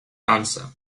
answer